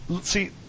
see